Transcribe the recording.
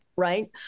Right